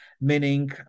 meaning